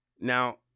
Now